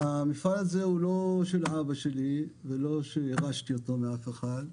המפעל הזה הוא לא של אבא שלי ולא שירשתי אותו מאף אחד,